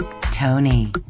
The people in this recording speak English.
Tony